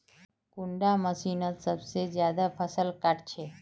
कुंडा मशीनोत सबसे ज्यादा फसल काट छै?